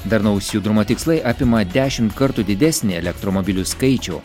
darnaus judrumo tikslai apima dešimt kartų didesnį elektromobilių skaičių